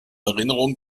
erinnerung